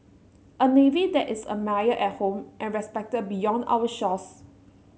a navy that is admired at home and respected beyond our shores